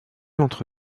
entre